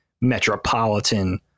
metropolitan